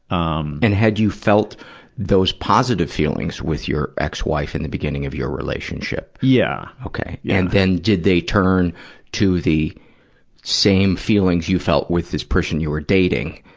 um and had you felt those positive feelings with your ex-wife in the beginning of your relationship? yeah. okay. yeah and then, did they turn to the same feelings you felt with this person you were dating?